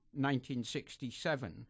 1967